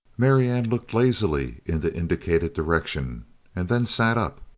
marianne looked lazily in the indicated direction and then sat up,